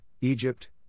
Egypt